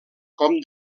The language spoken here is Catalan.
com